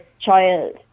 child